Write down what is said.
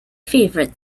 favorite